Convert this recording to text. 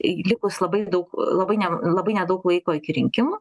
likus labai daug labai labai nedaug laiko iki rinkimų